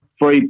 free